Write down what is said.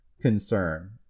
concern